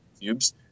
cubes